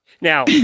now